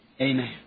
amen